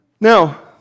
Now